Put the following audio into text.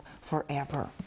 forever